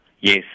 Yes